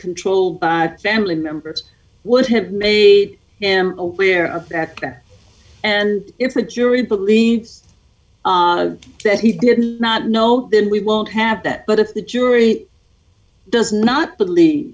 controlled by family members would have made him aware of the aca and if the jury believes that he did not know then we won't have that but if the jury does not believe